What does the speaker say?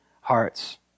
hearts